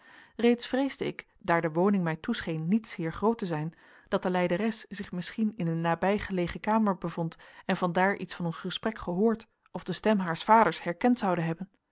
reeds vreesde ik daar de woning mij toescheen niet zeer groot te zijn dat de lijderes zich misschien in een nabijgelegen kamer bevond en van daar iets van ons gesprek gehoord of de stem haars vaders herkend zoude hebben